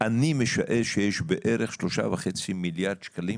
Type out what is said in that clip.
אני משער שיש בערך 3.5 מיליארד שקלים